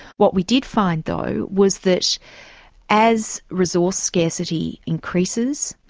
what we did find, though, was that as resource scarcity increases,